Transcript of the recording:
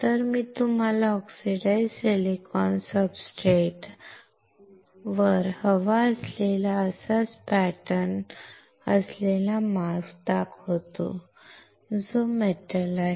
तर मी तुम्हाला ऑक्सिडाइज्ड सिलिकॉन सब्सट्रेटवर हवा असलेला असाच पॅटर्न असलेला मास्क दाखवतो जो मेटल आहे